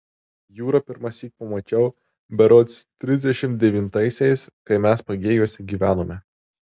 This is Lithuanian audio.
jūrą pirmąsyk pamačiau berods trisdešimt devintaisiais kai mes pagėgiuose gyvenome